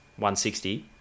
160